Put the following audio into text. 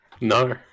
No